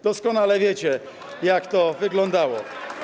Doskonale wiecie, jak to wyglądało.